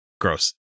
gross